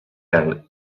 pèl